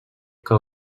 que